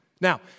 Now